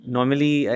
Normally